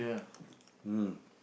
mm